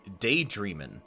Daydreamin